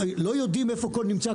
מה, לא יודעים איפה נמצא כל ארגז?